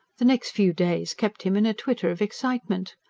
the next few days kept him in a twitter of excitement.